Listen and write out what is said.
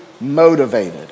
motivated